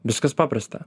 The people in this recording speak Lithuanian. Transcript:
viskas paprasta